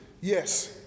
Yes